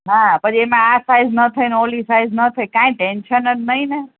હા પછી એમાં આ સાઈઝ ન થઇ ને ઓલી સાઈઝ ન થઇ કાંઈ ટેન્શન જ નહીં ને